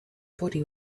body